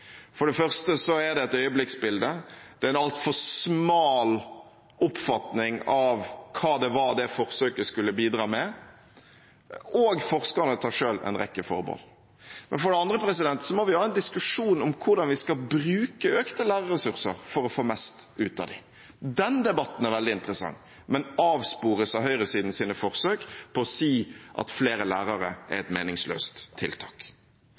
For det første er det et øyeblikksbilde. Det er en altfor smal oppfatning av hva det var det forsøket skulle bidra med, og forskerne tar selv en rekke forbehold. For det andre må vi ha en diskusjon om hvordan vi skal bruke økte lærerressurser for å få mest ut av dem. Den debatten er veldig interessant, men avspores av høyresidens forsøk på å si at flere lærere er et meningsløst tiltak.